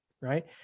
right